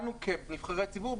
לנו כנבחרי ציבור,